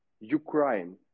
Ukraine